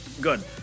good